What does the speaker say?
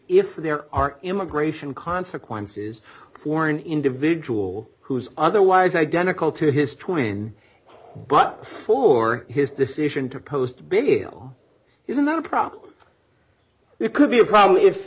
if there are immigration consequences for an individual who's otherwise identical to his twin but for his decision to post bail isn't that a problem it could be a problem if